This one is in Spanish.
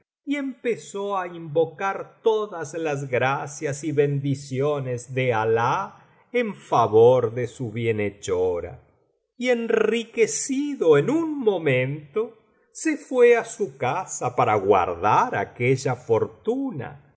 y empezó á invocar todas las gracias y bendiciones de álah en favor de su bienhechora y enriquecido en un momento se fué á su casa para guardar aquella fortuna